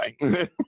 right